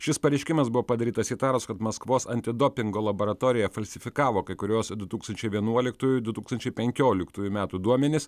šis pareiškimas buvo padarytas įtarus kad maskvos antidopingo laboratorija falsifikavo kai kurios du tūkstančiai vienuoliktųjų du tūkstančiai penkioliktųjų metų duomenis